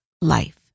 life